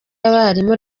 y’abarimu